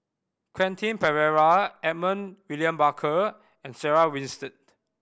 Quentin Pereira Edmund William Barker and Sarah Winstedt